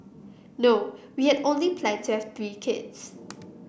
no we had only planned to have three kids